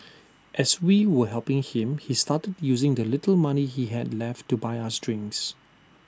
as we were helping him he started using the little money he had left to buy us drinks